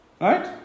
right